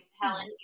Helen